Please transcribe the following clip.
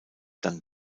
dann